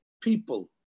people